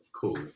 Cool